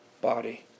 body